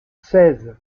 seize